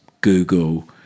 google